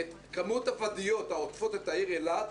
את כמות הוואדיות העוטפות את העיר אילת